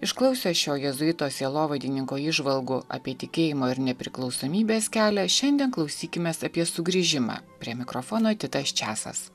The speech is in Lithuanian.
išklausę šio jėzuito sielovadininko įžvalgų apie tikėjimo ir nepriklausomybės kelią šiandien klausykimės apie sugrįžimą prie mikrofono titas česas